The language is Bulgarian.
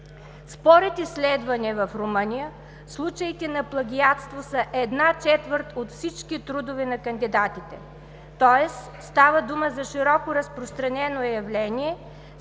Според изследване в Румъния случаите на плагиатство са една четвърт от всички трудове на кандидатите, тоест става дума за широко разпространено явление,